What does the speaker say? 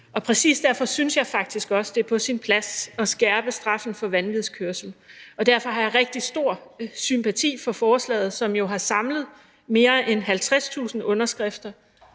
Præcis derfor synes jeg faktisk også, at det er på sin plads at skærpe straffen for vanvidskørsel, og derfor har jeg rigtig stor sympati for forslaget, som jo har samlet mere end 50.000 underskrifter